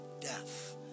death